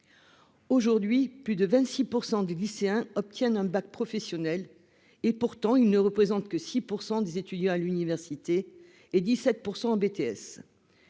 Aujourd'hui, plus de 26 % des lycéens obtiennent un bac professionnel et, pourtant, ils ne représentent que 6 % des étudiants à l'université et 17 % des